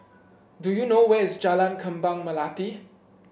do you know where is Jalan Kembang Melati